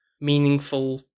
meaningful